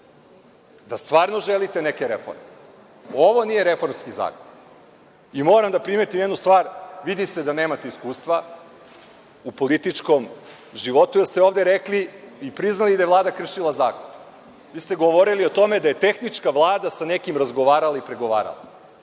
da stvarno želite neke reforme. Ovo nije reformski zakon. I moram da primetim jednu stvar – vidi se da nemate iskustva u političkom životu, jer ste ovde rekli i priznali da je Vlada kršila zakon, gde ste govorili o tome da je tehnička Vlada sa nekim razgovarala i pregovarala.